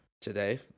today